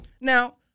Now